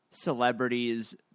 celebrities